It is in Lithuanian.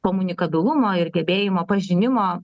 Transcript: komunikabilumo ir gebėjimo pažinimo